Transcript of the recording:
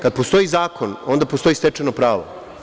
Kad postoji zakon, onda postoji i stečeno pravo.